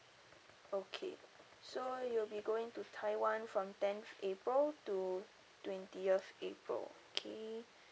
okay so you will be going to taiwan from tenth april to twentieth april okay